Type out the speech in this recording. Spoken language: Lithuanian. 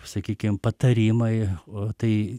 sakykim patarimai o tai